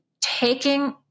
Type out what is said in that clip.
taking